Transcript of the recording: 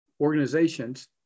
organizations